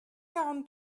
quarante